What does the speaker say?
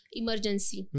emergency